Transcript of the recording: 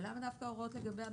ולמה דווקא הוראות לגבי המנהל?